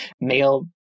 male